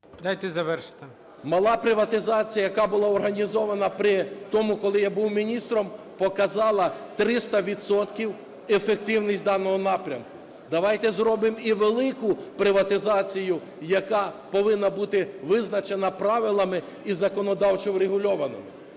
Мала приватизація, яка була організована при тому, коли я був міністром, показала 300 відсотків ефективності даного напрямку. Давайте зробимо і велику приватизацію, яка повинна бути визначена правилами і законодавчо врегульованою.